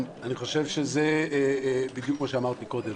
אני חושב שזה בדיוק מה שאמרת מקודם